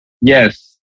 yes